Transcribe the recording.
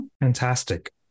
Fantastic